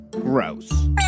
gross